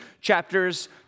chapters